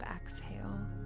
exhale